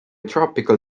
tropical